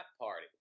party